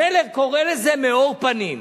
שנלר קורא לזה "מאור פנים"